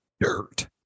dirt